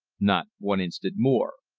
not one instant more.